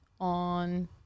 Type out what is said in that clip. on